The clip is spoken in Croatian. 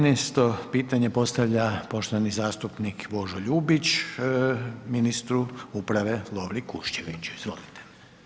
13-esto pitanje postavlja poštovani zastupnik Božo Ljubić ministru uprave Lovri Kuščeviću, izvolite.